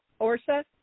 Orsa